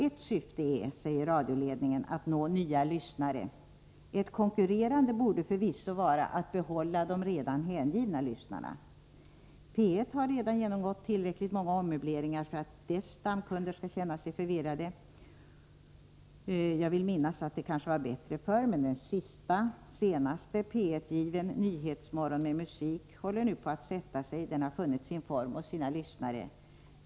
Ett syfte, säger radioledningen, är att nå nya lyssnare. Ett konkurrerande syfte borde förvisso vara att behålla de redan hängivna lyssnarna. P 1 har redan genomgått tillräckligt många ommöbleringar för att dess stamkunder skall känna sig förvirrade. Jag vill minnas att det var bättre förr, men den sista — eller senaste — P 1-given, Nyhetsmorgon med musik, håller nu på att sätta sig. Den har funnit sin form och sina lyssnare.